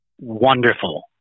wonderful